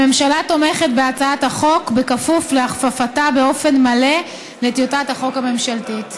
הממשלה תומכת בהצעת החוק בכפוף להכפפתה באופן מלא לטיוטת החוק הממשלתית.